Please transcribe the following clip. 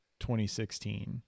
2016